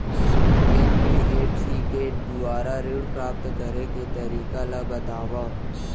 NBFC के दुवारा ऋण प्राप्त करे के तरीका ल बतावव?